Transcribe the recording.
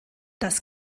das